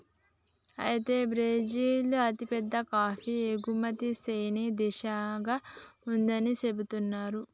అయితే బ్రిజిల్ అతిపెద్ద కాఫీ ఎగుమతి సేనే దేశంగా ఉందని సెబుతున్నారు